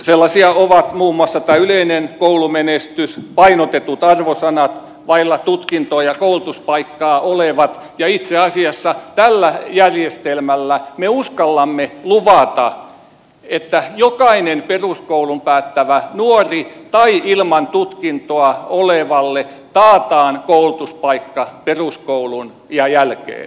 sellaisia ovat muun muassa yleinen koulumenestys painotetut arvosanat vailla tutkinto ja koulutuspaikkaa olevat ja itse asiassa tällä järjestelmällä me uskallamme luvata että jokaiselle peruskoulun päättävälle nuorelle tai ilman tutkintoa olevalle taataan koulutuspaikka peruskoulun jälkeen